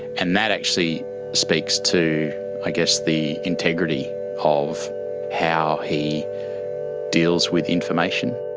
and that actually speaks to i guess the integrity of how he deals with information.